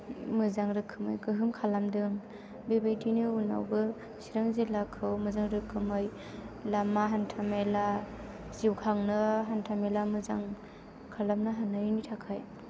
मोजां रोखोमै गोहोम खालामदों बेबायदिनो उनावबो सिरां जिल्लाखौ मोजां रोखोमै लामा हान्थामेला जिउ खांनो हान्थामेला मोजां खालामनो हानायनि थाखाय